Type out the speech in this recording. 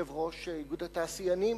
נשיא התאחדות התעשיינים,